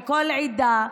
לכל עדה,